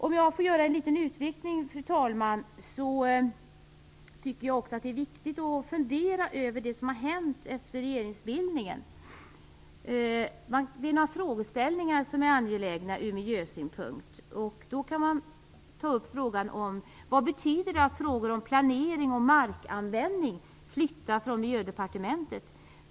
Om jag får göra en liten utvikning, fru talman, vill jag säga att jag tycker att det är viktigt att fundera över det som har hänt efter regeringsbildningen. Det finns några frågeställningar som är angelägna ur miljösynpunkt. Vad betyder det att frågor om planering och markanvändning flyttar från Miljödepartementet?